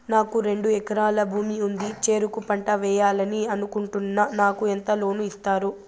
నాకు రెండు ఎకరాల భూమి ఉంది, చెరుకు పంట వేయాలని అనుకుంటున్నా, నాకు ఎంత లోను ఇస్తారు?